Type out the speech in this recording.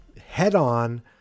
head-on